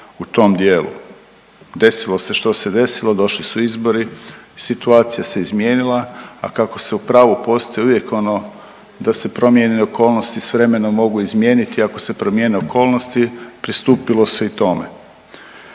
u tom dijelu. Desilo se što se desilo, došli su izbori, situacija se izmijenila, a kako se u pravu postoji uvijek ono da se promijene i okolnosti s vremenom mogu izmijeniti ako se promijene okolnosti pristupilo se i tome.